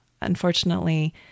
unfortunately